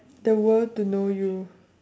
the world to know you